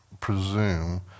presume